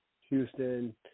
Houston